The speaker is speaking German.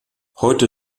heute